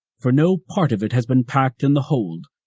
for no part of it has been packed in the hold.